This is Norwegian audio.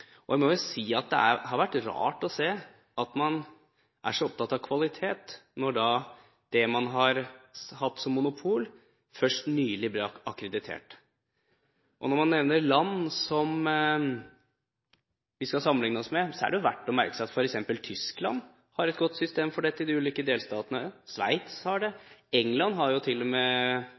og jeg må si det er rart at man er så opptatt av kvalitet når det man har hatt som monopol, først nylig ble akkreditert. Når man nevner land som vi skal sammenligne oss med, er det verdt å merke seg at f.eks. Tyskland, i de ulike delstatene, har et godt system for dette, og Sveits har det. England har